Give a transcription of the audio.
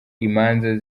imanza